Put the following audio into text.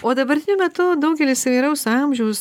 o dabartiniu metu daugelis įvairaus amžiaus